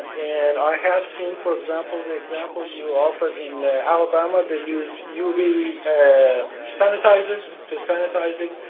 and i have seen, for example, the example you offered in alabama they use uv sanitizers to sanitize it,